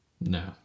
No